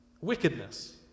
Wickedness